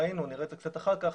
ראינו ונראה את זה קצת אחר כך,